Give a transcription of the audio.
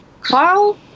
Carl